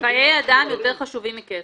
חיי אדם יותר חשובים מכסף.